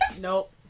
nope